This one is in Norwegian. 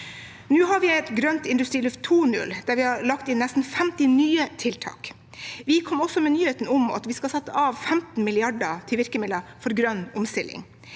Nå har vi et grønt industriløft 2.0, der vi har lagt inn nesten 50 nye tiltak. Vi kom også med nyheten om at vi skal sette av 15 mrd. kr til virkemidler for grønn omstilling.